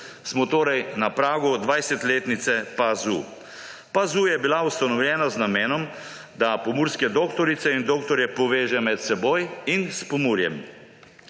smo torej na pragu 20-letnice PAZU. PAZU je bila ustanovljena z namenom, da pomurske doktorice in doktorje poveže med seboj in s Pomurjem.